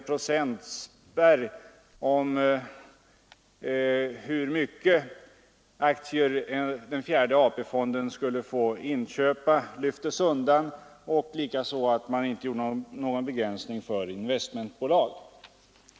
Procentspärren för hur mycket aktier den fjärde AP-fonden skulle få inköpa lyftes undan, och man gjorde inte någon begränsning för investmentbolag.